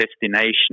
destination